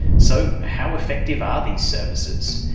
so how effective are these services?